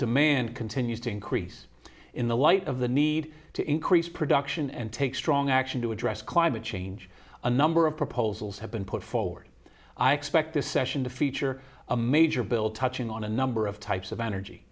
demand continues to increase in the light of the need to increase production and take strong action to address climate change a number of proposals have been put forward i expect this session to feature a major bill touching on a number of types of energy